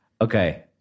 Okay